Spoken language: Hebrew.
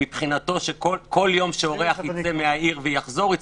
שמבחינתו כל יום שאורח ייצא מהעיר ויחזור,